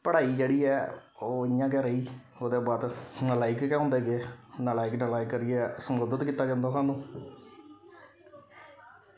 पढ़ाई जेह्ड़ी ऐ ओह् इ'यां गै रेही ओह्दे बाद नलायक गै होंदे गे नलायक नलायक करियै संबोधत कीता जंदा साह्नू